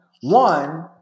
one